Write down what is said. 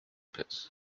pits